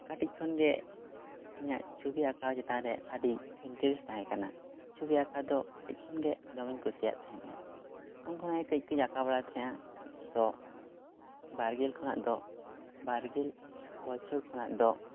ᱠᱟᱹᱴᱤᱡ ᱠᱷᱚᱱᱜᱮ ᱤᱧᱟᱹᱜ ᱪᱷᱚᱵᱤ ᱟᱸᱠᱟᱣ ᱪᱮᱛᱟᱱ ᱨᱮ ᱟᱹᱰᱤ ᱤᱱᱴᱟᱨᱮᱥᱴ ᱛᱟᱦᱮᱸ ᱠᱟᱱᱟ ᱪᱷᱚᱵᱤ ᱟᱸᱠᱟᱣ ᱫᱚ ᱠᱟᱹᱴᱤᱡ ᱠᱷᱚᱱᱜᱮ ᱫᱚᱢᱮᱧ ᱠᱩᱥᱤᱭᱟᱜ ᱛᱟᱦᱮᱸᱱᱟ ᱩᱱ ᱠᱷᱚᱱᱟᱜ ᱜᱮ ᱠᱟᱹᱡ ᱠᱟᱹᱡ ᱤᱧ ᱟᱸᱠᱟᱣ ᱵᱟᱲᱟᱭᱮᱫ ᱛᱟᱦᱮᱸᱱᱟ ᱛᱚ ᱵᱟᱨᱜᱮᱞ ᱠᱷᱚᱱᱟᱜ ᱫᱚ ᱵᱟᱨᱜᱮᱞ ᱵᱚᱪᱷᱚᱨ ᱠᱷᱚᱱᱟᱜ ᱫᱚ